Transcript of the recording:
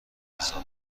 اضافه